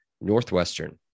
Northwestern